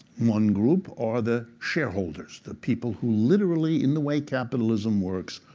one group are the shareholders, the people who literally, in the way capitalism works,